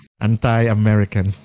anti-American